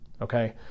Okay